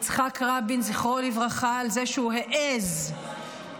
יצחק רבין, זכרו לברכה, על זה שהוא העז לכפור